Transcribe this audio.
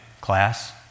Class